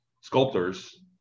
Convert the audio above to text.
sculptors